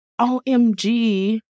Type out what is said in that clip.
OMG